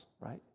right